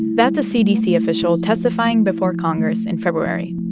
that's a cdc official testifying before congress in february.